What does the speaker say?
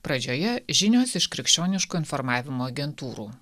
pradžioje žinios iš krikščioniško informavimo agentūrų